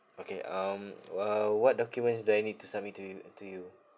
okay um uh what documents do I need to submit to you to you